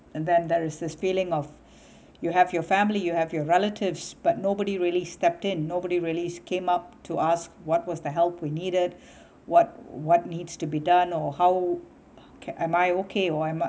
and then there is the feeling of you have your family you have your relatives but nobody really stepped it nobody really came up to asked what was the help we needed what what needs to be done or how can am I okay or am I